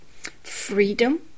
freedom